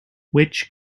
which